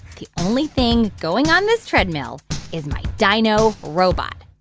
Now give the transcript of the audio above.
the only thing going on this treadmill is my dino robot.